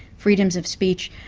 freedoms of speech,